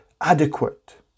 adequate